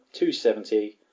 270